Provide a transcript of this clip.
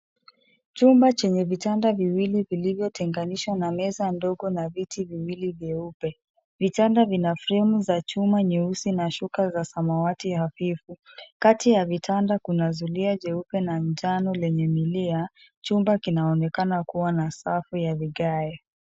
Chumba chenye vitanda viwili vilivyotenganishwa na meza ndogo na viti viwili vyeupe. Vitanda vina fremu za chuma nyeusi na shuka za samawati hafifu. Kati ya vitanda kuna zulia jeupe na lenye mto lenye milia. Chumba kinaonekana kuwa na safu ya vigae.